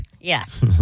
Yes